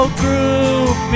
group